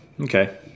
Okay